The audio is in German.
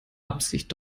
absicht